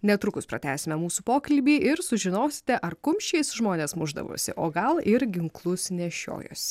netrukus pratęsime mūsų pokalbį ir sužinosite ar kumščiais žmonės mušdavosi o gal ir ginklus nešiojosi